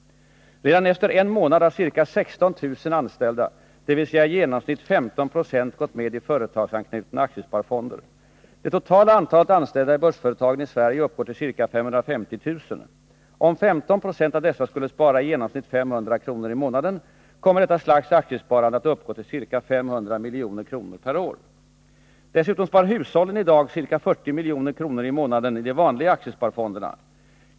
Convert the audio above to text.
Redan efter en månad har ca 16 000 anställda, dvs. i genomsnitt 15 96, gått med i företagsanknutna aktiesparfonder. Det totala antalet anställda i börsföretagen i Sverige uppgår till ca 550 000. Om 15 96 av dessa skulle spara i genomsnitt 500 kr. månad i de vanliga aktiesparfonderna.